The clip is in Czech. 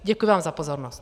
Děkuji vám za pozornost.